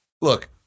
Look